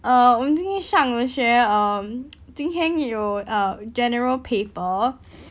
err 我今天上了学 um 今天有 uh general paper